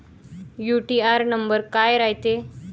UTR number काय रायते?